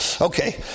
Okay